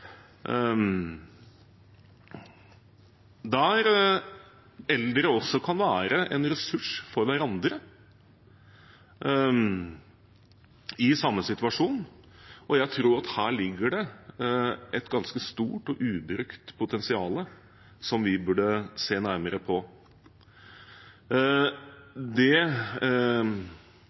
der eldre kan være en ressurs for hverandre – for andre i samme situasjon. Her tror jeg det ligger et ganske stort og ubrukt potensial som vi bør se nærmere på. Det